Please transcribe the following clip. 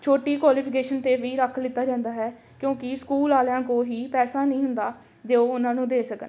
ਛੋਟੀ ਕੁਆਲੀਫਿਕੇਸ਼ਨ 'ਤੇ ਵੀ ਰੱਖ ਲਿੱਤਾ ਜਾਂਦਾ ਹੈ ਕਿਉਂਕਿ ਸਕੂਲ ਵਾਲਿਆਂ ਕੋਲ ਹੀ ਪੈਸਾ ਨਹੀਂ ਹੁੰਦਾ ਜੋ ਉਹ ਉਹਨਾਂ ਨੂੰ ਦੇ ਸਕਣ